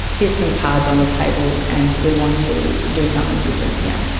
here's some cards on the table and we want to do something different here.